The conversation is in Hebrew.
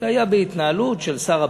זה היה בהתנהלות של שר הפנים.